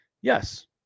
yes